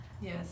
Yes